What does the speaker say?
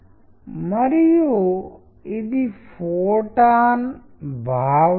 animation ప్రపంచం మరియు కొన్ని కేస్ స్టడీస్ని పరిశీలిస్తాము